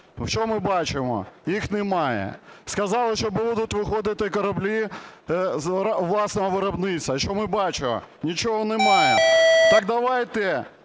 Що ми бачимо? Їх немає. Сказали, що будуть виходити кораблі власного виробництва. Що ми бачимо? Нічого немає. Так давайте